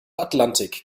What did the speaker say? atlantik